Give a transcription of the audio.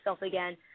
again